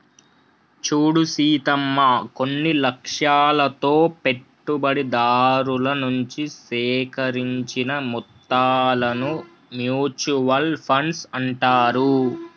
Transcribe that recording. చూడు సీతమ్మ కొన్ని లక్ష్యాలతో పెట్టుబడిదారుల నుంచి సేకరించిన మొత్తాలను మ్యూచువల్ ఫండ్స్ అంటారు